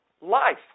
life